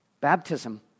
Baptism